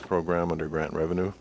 program underground revenue